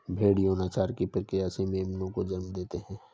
भ़ेड़ यौनाचार की प्रक्रिया से मेमनों को जन्म देते हैं